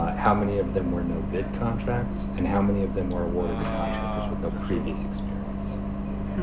how many of them were no bid contracts and how many of them were awarded to contractors with no previous experience?